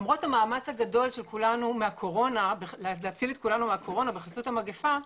למרות המאמץ הגדול להציל את כולנו ממגפת הקורונה,